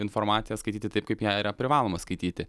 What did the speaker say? informaciją skaityti taip kaip ją yra privaloma skaityti